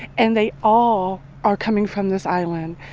and they all are coming from this island.